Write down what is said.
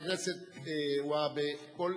חבר הכנסת והבה, כל